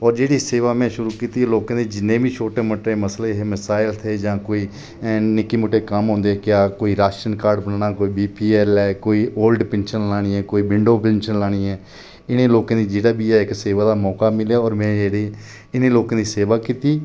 और जेह्ड़ी सेवा में शुरू कीती लोकें दी जिन्ने बी छोटे मोटे मसले हे मसायल थे जां कोई निक्के मुट्टे कम्म होंदे हे क्या कोई राशन कार्ड बनाना कोई बीपीएल ऐ कोई ओल्ड पिंशन लानी ऐ कोई विडो पिंशन लानी ऐ इ'नें लोकें दा जेह्ड़ा बी ऐ इनें लोकें दी सेवा दा मौका मिलेआ और में इ'नें लोकें दी सेवा कीती